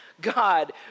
God